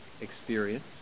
experience